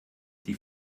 die